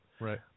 Right